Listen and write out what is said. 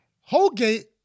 Holgate